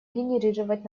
генерировать